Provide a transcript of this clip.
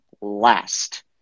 last